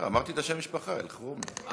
אמרתי את שם המשפחה, אלחרומי.